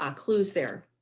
ah clues there